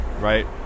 right